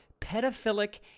pedophilic